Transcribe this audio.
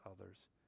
others